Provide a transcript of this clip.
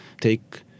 take